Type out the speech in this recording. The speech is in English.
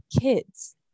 kids